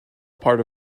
part